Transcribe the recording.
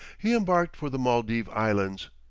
he embarked for the maldive islands,